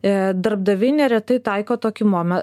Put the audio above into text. ir darbdaviai neretai taiko tokį mome